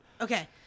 okay